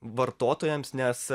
vartotojams nes